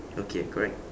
okay correct